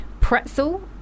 pretzel